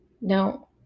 Now